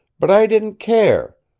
but i didn't care.